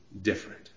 different